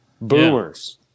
boomers